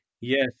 Yes